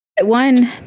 one